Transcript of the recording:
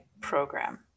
program